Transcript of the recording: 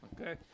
Okay